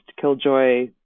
killjoy